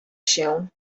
się